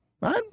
right